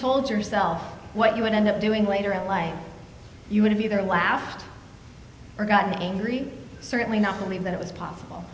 told yourself what you would end up doing later in life you would have either laughed or gotten angry certainly not believe that it was possible